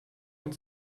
mit